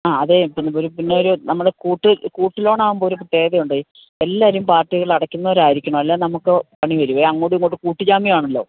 ആ അതെ പിന്നെ ഒരു കൂട്ടുലോൺ ആവുമ്പോള് ഒരു പ്രത്യേകതയുണ്ടേ എല്ലാവരും പാർട്ടികൾ അടയ്ക്കുന്നവരായിരിക്കണം അല്ലെങ്കില് നമുക്ക് പണിവരുമേ അങ്ങോട്ടും ഇങ്ങോട്ടും കൂട്ടുജാമ്യമാണല്ലോ